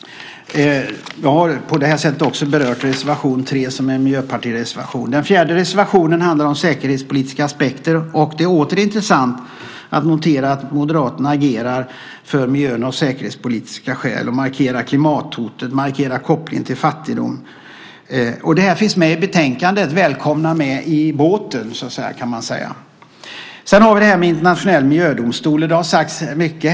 Jag har på det här sättet också berört reservation 3 från Miljöpartiet. Den fjärde reservationen handlar om säkerhetspolitiska aspekter. Det är åter intressant att notera att Moderaterna agerar för miljön av säkerhetspolitiska skäl och markerar klimathotet och kopplingen till fattigdom. Detta tas upp i betänkandet. Välkomna med i båten! Sedan var det frågan om internationell miljödomstol. Det har sagts mycket.